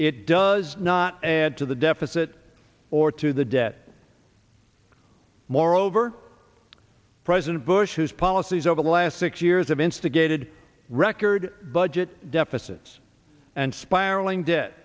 it does not add to the deficit or to the debt moreover president bush whose policies over the last six years have instigated record budget deficits and spiraling debt